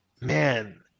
man